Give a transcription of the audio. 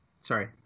sorry